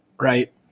right